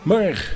Maar